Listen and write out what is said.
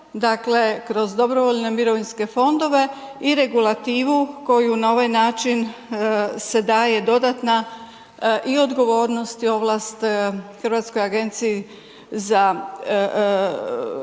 kroz dobrovoljne mirovinske fondove i regulativu koju na ovaj način se daje dodatna i odgovornost i ovlast hrvatskoj agenciji za